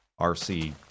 RC